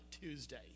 Tuesday